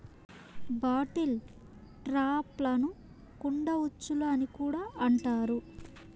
bottle ట్రాప్లను కుండ ఉచ్చులు అని కూడా అంటారు